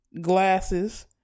glasses